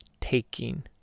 taking